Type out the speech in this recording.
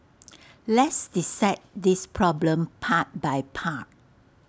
let's dissect this problem part by part